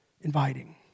inviting